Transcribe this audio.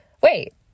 Wait